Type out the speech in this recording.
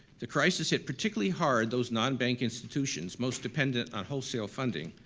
the crisis hit particularly hard those nonbank institutions most dependent on wholesale funding,